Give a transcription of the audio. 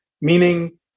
meaning